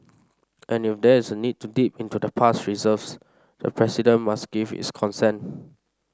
and if there is a need to dip into the past reserves the president must give his consent